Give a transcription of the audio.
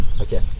okay